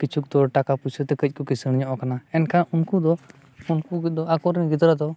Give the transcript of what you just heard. ᱠᱤᱪᱷᱩ ᱫᱚ ᱴᱟᱠᱟᱼᱯᱩᱭᱥᱟᱹᱛᱮ ᱠᱟᱹᱡ ᱠᱚ ᱠᱤᱥᱟᱹᱬ ᱧᱚᱜ ᱟᱠᱟᱱᱟ ᱮᱱᱠᱷᱟᱱ ᱩᱱᱠᱩ ᱫᱚ ᱩᱢᱠᱩ ᱠᱚᱫᱚ ᱟᱠᱚᱨᱮᱱ ᱜᱤᱫᱽᱨᱟᱹ ᱫᱚ